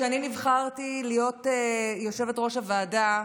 כשאני נבחרתי להיות יושבת-ראש הוועדה,